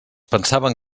pensaven